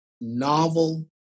novel